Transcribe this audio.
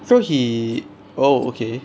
so he oh okay